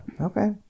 Okay